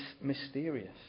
mysterious